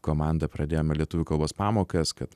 komanda pradėjome lietuvių kalbos pamokas kad